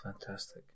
Fantastic